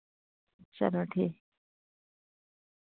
चलो ठीक